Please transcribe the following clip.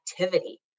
activity